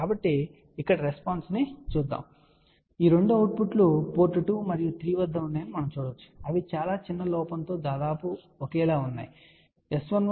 కాబట్టి ఇక్కడ రెస్పాన్స్ ను చూద్దాం ఈ రెండుఅవుట్పుట్లు పోర్ట్ 2 మరియు 3 వద్ద అని మీరు చూడవచ్చు అవి చాలా చిన్న లోపంతో దాదాపు ఒకేలా ఉన్నాయని మీరు చెప్పగలరు